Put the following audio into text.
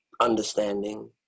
understanding